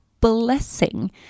blessing